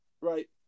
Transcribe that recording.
right